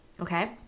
okay